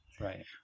Right